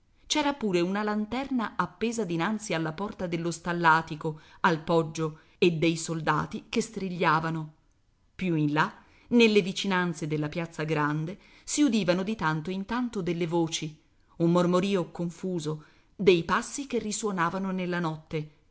c'era pure una lanterna appesa dinanzi alla porta dello stallatico al poggio e dei soldati che strigliavano più in là nelle vicinanze della piazza grande si udivano di tanto in tanto delle voci un mormorìo confuso dei passi che risuonavano nella notte